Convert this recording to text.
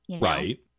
Right